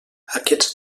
aquests